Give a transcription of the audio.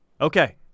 Okay